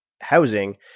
housing